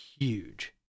huge